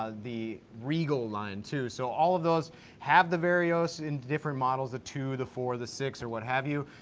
ah the regal line too. so all of those have the varios in different models, the two, the four, the six, or what have you,